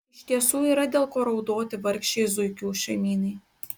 iš tiesų yra dėl ko raudoti vargšei zuikių šeimynai